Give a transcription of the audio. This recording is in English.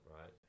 right